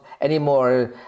anymore